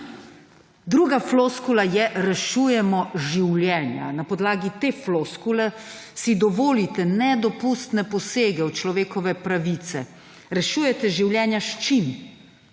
druga floskula je rešujemo življenja. Na podlagi te floskule si dovolite nedopustne posege v človekove pravice, rešujete življenja s čim?